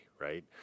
right